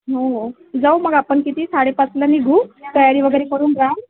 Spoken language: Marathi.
हो हो जाऊ मग आपण किती साडेपाचला निघू तयारी वगैरे करून रहाल